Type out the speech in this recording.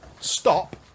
stop